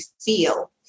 feel